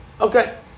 Okay